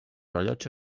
rellotge